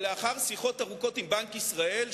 אבל לאחר שיחות ארוכות עם בנק ישראל,